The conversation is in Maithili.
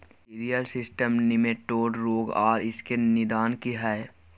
सिरियल सिस्टम निमेटोड रोग आर इसके निदान की हय?